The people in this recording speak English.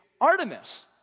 Artemis